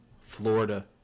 Florida